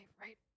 right